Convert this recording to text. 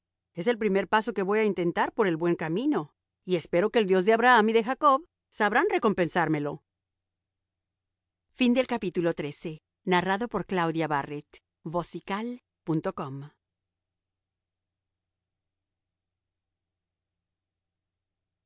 es el primer paso que voy a intentar por el buen camino y espero que el dios de abraham y de jacob sabrán recompensármelo xiv